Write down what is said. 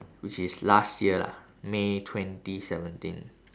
which is last year lah may twenty seventeen